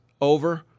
over